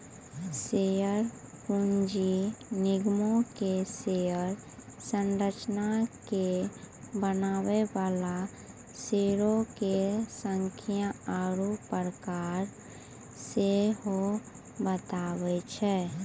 share पूंजी निगमो के शेयर संरचना के बनाबै बाला शेयरो के संख्या आरु प्रकार सेहो बताबै छै